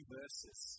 verses